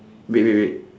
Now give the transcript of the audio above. wait wait wait